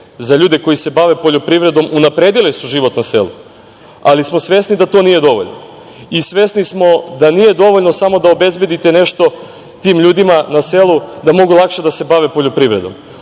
za ljude koji se bave poljoprivredom unapredili su život na selu, ali smo svesni da to nije dovoljno i svesni smo da nije dovoljno samo da obezbedite nešto tim ljudima na selu da mogu lakše da se bave poljoprivredom.